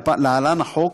להלן, החוק,